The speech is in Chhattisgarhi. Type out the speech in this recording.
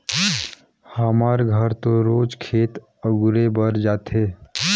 हमर घर तो रोज खेत अगुरे बर जाथे